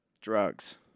Drugs